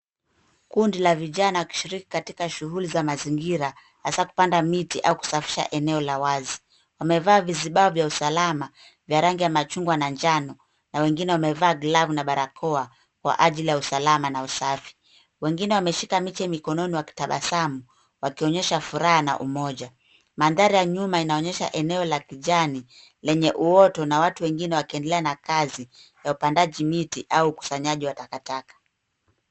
Kundi la vijana wakishiriki katika shughuli za mazingira hasa kupanda miti au kusafisha eneo la wazi. Wamevaa vizimbaa vya usalama vya rangi ya machungwa na manjano na wengine wamevaa glavu na barakoa kwa ajili ya usalama na usafi. Wengine wameshika miche mikononi wakitabasamu wakionyesha furaha na umoja. Mandhari ya nyuma inaonyesha eneo la kijani lenye uoto na watu wengine wakiendelea na kazi ya upandaji miti au ukusanyaji wa takataka.